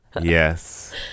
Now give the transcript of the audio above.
Yes